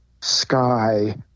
sky